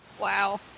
Wow